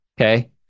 okay